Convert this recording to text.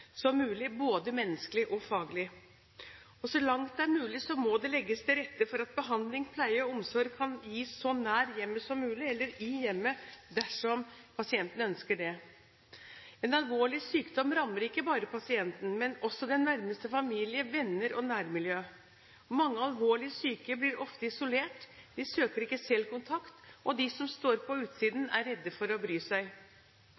som mulig, både menneskelig og faglig. Så langt det er mulig, må det legges til rette for at behandling, pleie og omsorg kan gis så nær hjemmet som mulig eller i hjemmet, dersom pasienten ønsker det. En alvorlig sykdom rammer ikke bare pasienten, men også den nærmeste familie, venner og nærmiljø. Mange alvorlig syke blir ofte isolert, de søker ikke selv kontakt, og de som står på utsiden, er redde for å bry seg.